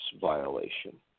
violation